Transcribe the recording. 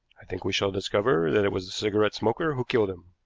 i think we shall discover that it was the cigarette smoker who killed him,